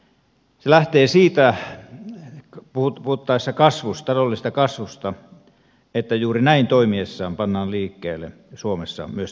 se lähtee siitä puhuttaessa taloudellisesta kasvusta että juuri näin toimittaessa pannaan liikkeelle suomessa myös taloudellista kasvua